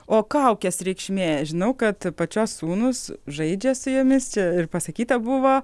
o kaukės reikšmė žinau kad pačios sūnūs žaidžia su jomis čia ir pasakyta buvo